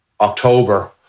October